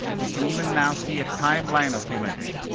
you can even now see a timeline of events.